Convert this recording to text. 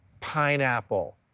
pineapple